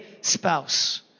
spouse